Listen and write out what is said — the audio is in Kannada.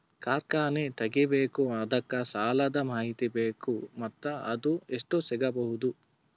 ಕಾರ್ಖಾನೆ ತಗಿಬೇಕು ಅದಕ್ಕ ಸಾಲಾದ ಮಾಹಿತಿ ಬೇಕು ಮತ್ತ ಅದು ಎಷ್ಟು ಸಿಗಬಹುದು?